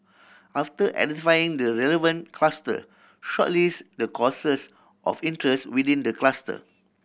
after identifying the relevant cluster shortlist the courses of interest within the cluster